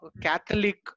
Catholic